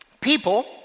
people